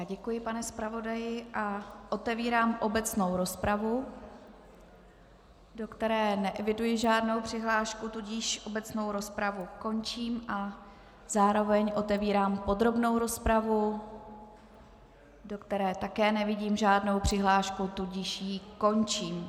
Děkuji, pane zpravodaji, a otevírám obecnou rozpravu, do které neeviduji žádnou přihlášku, tudíž obecnou rozpravu končím a zároveň otevírám podrobnou rozpravu, do které také nevidím žádnou přihlášku, tudíž ji končím.